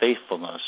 faithfulness